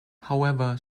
however